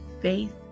faith